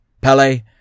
Pele